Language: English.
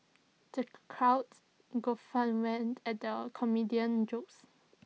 the crowd guffawed when at the comedian's jokes